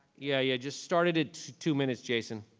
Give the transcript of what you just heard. yeah, yeah, just start it at two minutes, jason.